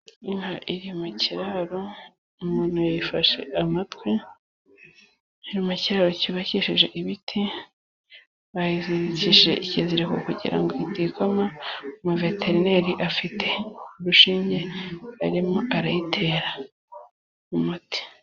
Inka iri mu kiraro umuntu yifashe amatwi iri mu kiraro cyubakishije ibiti, bayizirikishije ikiziriko kugira ngo itikoma. Umuveterineri afite urushinge arimo arayitera umuti.